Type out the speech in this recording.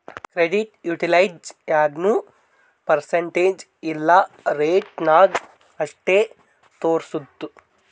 credit utilized ಯಾಗ್ನೂ percentage ಇಲ್ಲಾ ರೇಟ ನಾಗ್ ಅಷ್ಟೇ ತೋರುಸ್ತುದ್